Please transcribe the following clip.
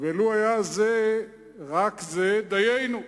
ולו היה רק זה, דיינו,